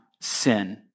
sin